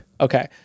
Okay